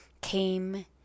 came